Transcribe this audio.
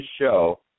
show